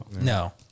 No